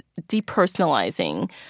depersonalizing